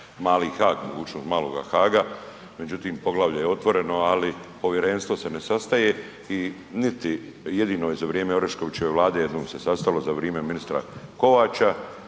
.../nerazumljivo/... maloga Haaga, međutim, poglavlje je otvoreno, ali povjerenstvo se ne sastaje i niti, jedino je za vrijeme Oreškovićeve Vlade jednom se sastalo za vrijeme ministra Kovača